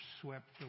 swept